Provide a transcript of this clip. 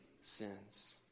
sins